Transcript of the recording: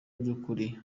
by’ukuri